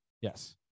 Yes